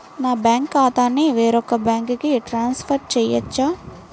నా బ్యాంక్ ఖాతాని వేరొక బ్యాంక్కి ట్రాన్స్ఫర్ చేయొచ్చా?